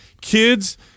kids